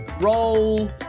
roll